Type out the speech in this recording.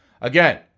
Again